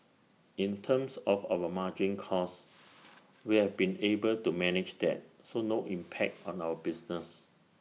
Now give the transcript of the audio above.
in terms of our margin costs we have been able to manage that so no impact on our business